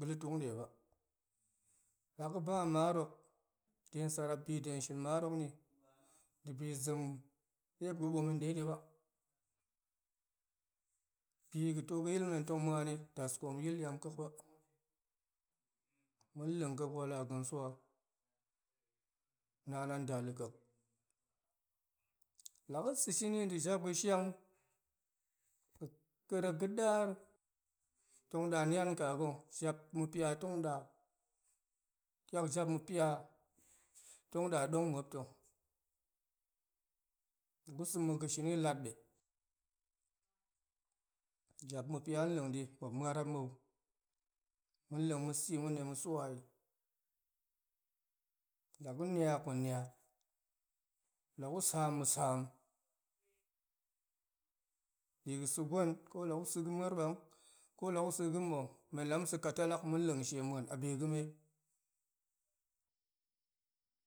g̱lutuk deba, la ga̱ ba mar hok dega̱ sarap bi dega̱ shin marok ni dibi zem dema̱p ga̱ ɓomi dedi ba, bi ga̱ to ga̱yil na̱ tong muani daskoom yil diem ƙa̱a̱k ba, ma̱ leng ƙa̱a̱k wala ga̱n swa naan a nda la̱ƙa̱a̱k la ga̱ sa̱ shini dejap ga̱ shang, ga̱ karek ga̱daar tong daa nian kaga̱ jap ma̱ pia nda kiak jap ma̱pia tong da dong ma̱p to ga̱ sa̱ muk ga̱ shini lat ɓe jap ma̱pia leng di ma̱p ma̱rap mou ma̱leng ma̱ sa̱ ma̱ de tong ma̱ swai la gu niap gu niap la gu saam ma̱ saam, bi gu sa̱ gwen kola gu sa̱ ga̱ ma̱ur bang kola gu sa̱ ga̱ mou men lama̱ sa̱ katalak ma̱ leng she muan a bi ga̱me,